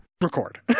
record